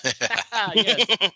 Yes